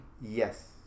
Yes